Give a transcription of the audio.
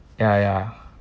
ya ya